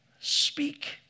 Speak